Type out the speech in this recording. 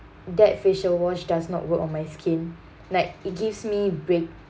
that facial wash does not work on my skin like it gives me break